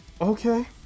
Okay